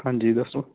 ਹਾਂਜੀ ਦੱਸੋ